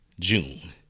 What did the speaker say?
June